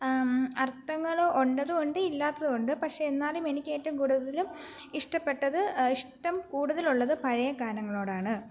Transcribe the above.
അർഥങ്ങൾ ഉള്ളതുമുണ്ട് ഇല്ലാത്തതുമുണ്ട് പക്ഷെ എന്നാലും എനിക്ക് ഏറ്റവും കൂടുതലും ഇഷ്ടപ്പെട്ടത് ഇഷ്ടം കൂടുതലുള്ളത് പഴയ ഗാനങ്ങളോടാണ്